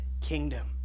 kingdom